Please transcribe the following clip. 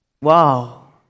Wow